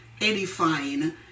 edifying